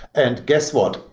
and guess what?